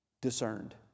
discerned